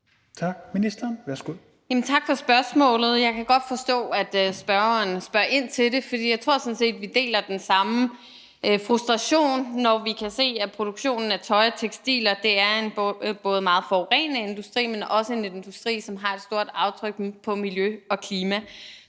Tak for spørgsmålet. Jeg kan godt forstå, at spørgeren spørger ind til det. For jeg tror sådan set, vi deler den samme frustration, når vi kan se, at produktionen af tøj og tekstiler er en både meget forurenende industri, men også en industri, som har et stort aftryk på miljø og klima.